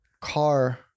car